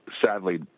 sadly